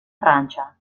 francia